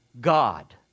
God